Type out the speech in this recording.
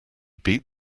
beat